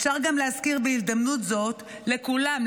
אפשר גם להזכיר בהזדמנות זאת לכולם,